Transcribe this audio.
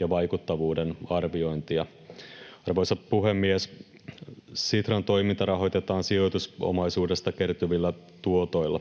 ja vaikuttavuuden arviointia. Arvoisa puhemies! Sitran toiminta rahoitetaan sijoitusomaisuudesta kertyvillä tuotoilla.